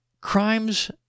crimes